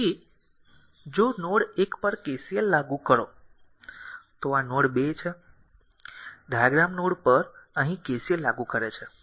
તેથી જો નોડ એક પર KCL લાગુ કરો તો આ નોડ 2 છે ડાયાગ્રામ નોડ અહીં KCL લાગુ કરે છે